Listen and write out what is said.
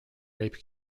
rape